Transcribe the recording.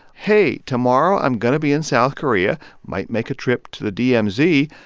hey, tomorrow, i'm going to be in south korea might make a trip to the dmz.